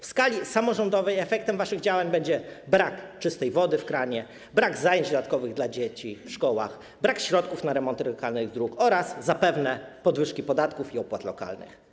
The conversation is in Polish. W skali samorządowej efektem waszych działań będzie brak czystej wody w kranie, brak zajęć dodatkowych dla dzieci w szkołach, brak środków na remonty lokalnych dróg oraz zapewne podwyżki podatków i opłat lokalnych.